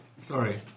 sorry